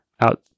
out